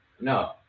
No